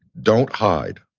don't hide.